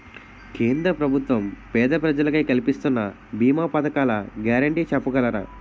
కేంద్ర ప్రభుత్వం పేద ప్రజలకై కలిపిస్తున్న భీమా పథకాల గ్యారంటీ చెప్పగలరా?